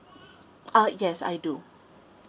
uh yes I do